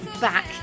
back